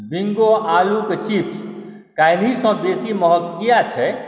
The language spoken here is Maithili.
बिंगो आलूके चिप्स काल्हिसँ बेसी महग किए छै